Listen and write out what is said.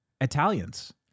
Italians